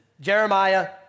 Jeremiah